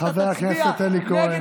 חבר הכנסת אלי כהן.